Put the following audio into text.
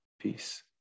Peace